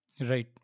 Right